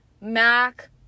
Mac